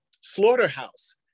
slaughterhouse